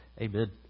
Amen